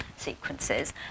sequences